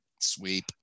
Sweep